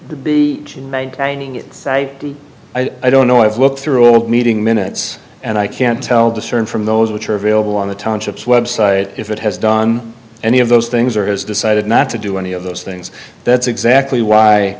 in maintaining it say i don't know i've looked through old meeting minutes and i can't tell discern from those which are available on the townships website if it has done any of those things or has decided not to do any of those things that's exactly why